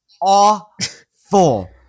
Awful